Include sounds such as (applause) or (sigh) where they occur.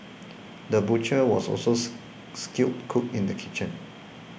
the butcher was also (noise) skilled cook in the kitchen